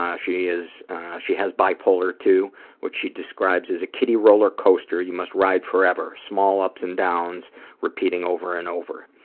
um she is she has bipolar ii, which she describes as a kiddie rollercoaster you must ride forever. small ups and downs repeating over and over.